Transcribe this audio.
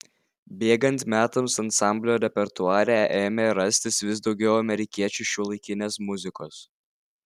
bėgant metams ansamblio repertuare ėmė rastis vis daugiau amerikiečių šiuolaikinės muzikos